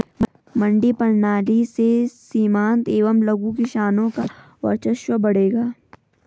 मंडी प्रणाली से सीमांत एवं लघु किसानों का वर्चस्व बढ़ेगा